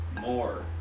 more